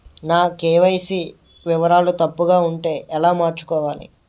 నా కే.వై.సీ వివరాలు తప్పుగా ఉంటే ఎలా మార్చుకోవాలి?